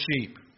sheep